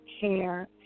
hair